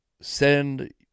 send